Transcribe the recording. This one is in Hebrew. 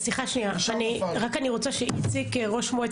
אז אנחנו מדברים על זה שבסופו של יום,